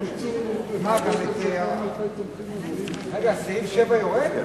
רגע, סעיף 7 יורד?